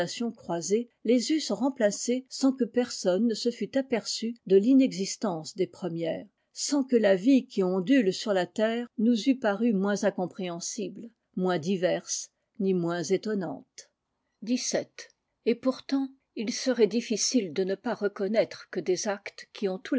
fécondation croiles eussent remplacées sans que personne it aperçu de l'inexistence des premières aue la vie qui ondule sur la terre nous eût paru moins incomprébensible moins diverse ni moins étonnantô xvii et pourtant il serait difficile de ne pas reconnaître que des acles qui ont